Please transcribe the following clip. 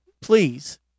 please